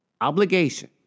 Obligation